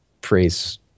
praise